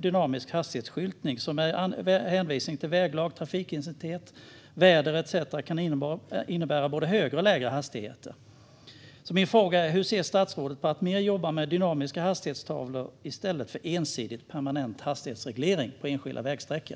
dynamisk hastighetsskyltning, som med hänvisning till väglag, trafikintensitet, väder etcetera kan innebära både högre och lägre hastigheter. Min fråga är: Hur ser statsrådet på att jobba mer med dynamiska hastighetstavlor i stället för ensidigt permanent hastighetsreglering på enskilda vägsträckor?